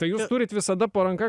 tai jūs turit visada po ranka